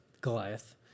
Goliath